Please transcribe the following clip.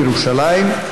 בירושלים,